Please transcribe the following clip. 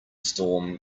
storm